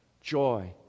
joy